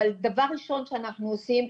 אבל דבר ראשון שאנחנו עושים,